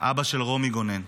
אבא של רומי גונן,